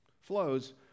flows